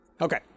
Okay